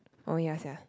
oh ya sia